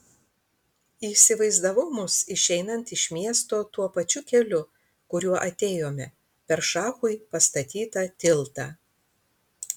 įsivaizdavau mus išeinant iš miesto tuo pačiu keliu kuriuo atėjome per šachui pastatytą tiltą